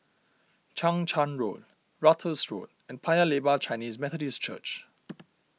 Chang Charn Road Ratus Road and Paya Lebar Chinese Methodist Church